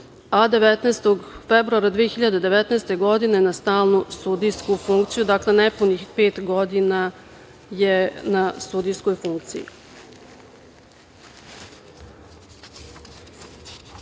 19. februara 2019. godine, na stalnu sudijsku funkciju. Dakle, nepunih pet godina je na sudijskoj funkciji. Sudija